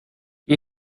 geh